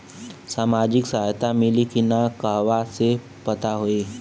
सामाजिक सहायता मिली कि ना कहवा से पता होयी?